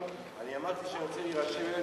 אני אמרתי שאני רוצה להירשם,